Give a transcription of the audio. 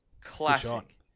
Classic